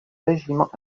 régiments